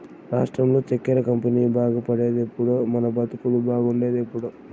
రాష్ట్రంలో చక్కెర కంపెనీ బాగుపడేదెప్పుడో మన బతుకులు బాగుండేదెప్పుడో